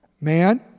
Man